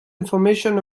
information